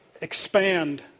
expand